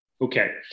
Okay